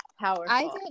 powerful